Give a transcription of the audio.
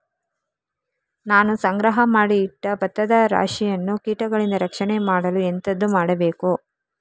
ನಾನು ಸಂಗ್ರಹ ಮಾಡಿ ಇಟ್ಟ ಭತ್ತದ ರಾಶಿಯನ್ನು ಕೀಟಗಳಿಂದ ರಕ್ಷಣೆ ಮಾಡಲು ಎಂತದು ಮಾಡಬೇಕು?